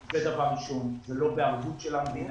הן לא בערבות המדינה.